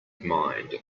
mind